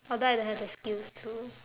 although I don't have the skills to